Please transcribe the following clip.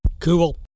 cool